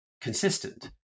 consistent